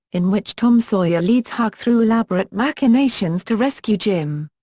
in which tom sawyer leads huck through elaborate machinations to rescue jim.